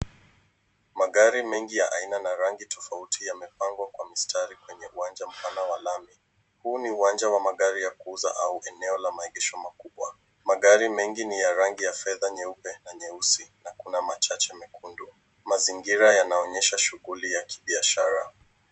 Magari mengi ya aina na rangi tofauti yamepangwa kwa mistari kwenye uwanja mpana wa lami . Huu ni uwanja wa magari ya kuuzwa au eneo la maegesho makubwa. Magari mengi ni ya rangi ya fedha, nyeupe na nyeusi na kuna machache mekundu. Mazingira yanaonyesha shughuli ya kibiashara.